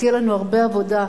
תהיה לנו הרבה עבודה,